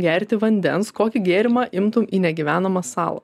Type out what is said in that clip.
gerti vandens kokį gėrimą imtum į negyvenamą salą